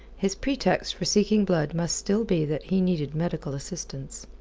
his pretext for seeking blood must still be that he needed medical assistance.